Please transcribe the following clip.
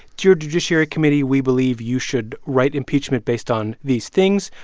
dear judiciary committee, we believe you should write impeachment based on these things.